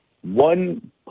one